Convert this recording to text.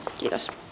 kiitos